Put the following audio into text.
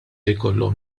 jkollhom